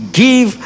give